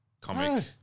comic